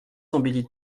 embellit